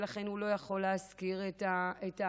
ולכן הוא לא יכול להשכיר את הבית,